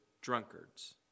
drunkards